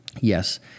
Yes